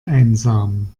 einsam